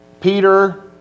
Peter